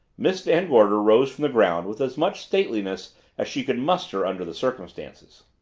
miss van gorder rose from the ground with as much stateliness as she could muster under the circumstances.